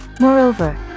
Moreover